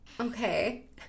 Okay